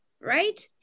Right